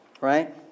Right